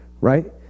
right